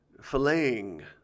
filleting